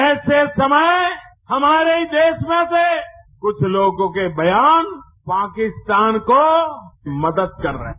ऐसे समय हमारे ही देश में से कुछ लोगों के बयान पाकिस्तान को मदद कर रहे हैं